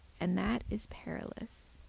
and that is perilous.